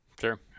sure